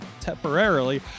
temporarily